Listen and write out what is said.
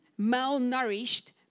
malnourished